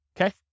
okay